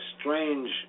strange